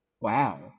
Wow